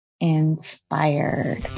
inspired